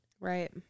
Right